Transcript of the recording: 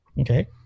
Okay